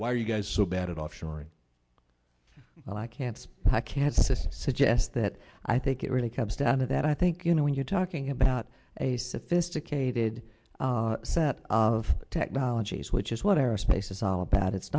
why are you guys so bad at offshoring well i can't i can't sit suggests that i think it really comes down to that i think you know when you're talking about a sophisticated set of technologies which is what aerospace is all about it's